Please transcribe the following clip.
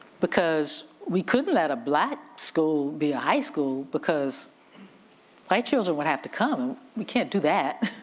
because we couldn't let a black school be a high school because my children would have to come, we can't do that,